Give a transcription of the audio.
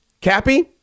Cappy